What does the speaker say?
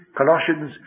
Colossians